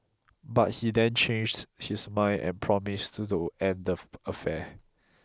but he then changed his mind and promised to end of affair